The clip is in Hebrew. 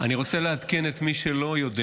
אני רוצה לעדכן את מי שלא יודע